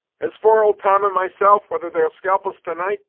as for old tom and myself, whether they'll scalp us to-night,